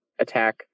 attack